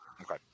Okay